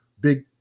big